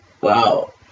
Wow